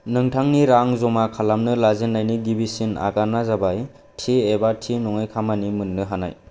नोंथांनि रां जमा खालामनो लाजेन्नायनि गिबिसिन आगाना जाबाय थि एबा थि नङै खामानि मोन्नो हानाय